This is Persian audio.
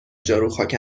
جاروخاک